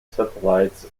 satellites